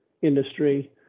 industry